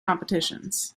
competitions